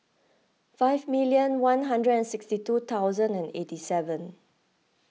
five million one hundred and sixty two thousand and eighty seven